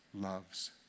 loves